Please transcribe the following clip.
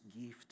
gift